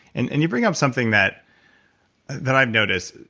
and and you bring up something that that i've noticed.